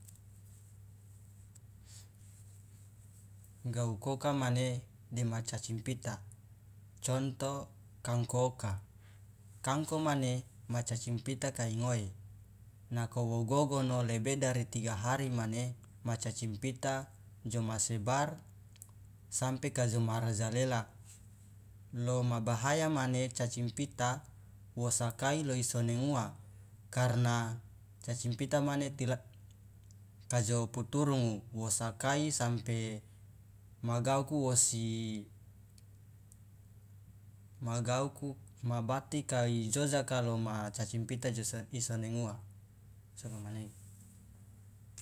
Gaukoka mane dema cacing pita conto kangko oka kangko mane ma cacing pita kai ngoe nako wo gogono lebe dari tiga hari mane ma cacing pita jomasebar sampe kajo marajalela lo ma bahaya mane cacing pita wo sakai lo isonenguwa karna cacing pita mane kajo puturungu wo sakai sampe magauku wosi ma gauku ma bati kai jojaka lo ma cacing pita jo isonenguwa sokomanege.